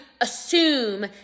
assume